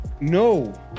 No